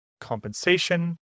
compensation